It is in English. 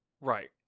Right